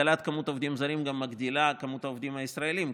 הגדלת מספר העובדים הזרים גם מגדילה את מספר העובדים הישראלים,